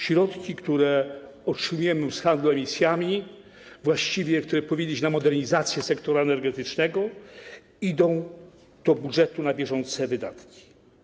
Środki, które otrzymujemy z handlu emisjami, które właściwie powinny iść na modernizację sektora energetycznego, idą do budżetu na bieżące wydatki.